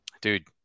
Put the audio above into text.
Dude